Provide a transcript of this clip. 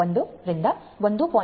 1 ರಿಂದ 1